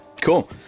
Cool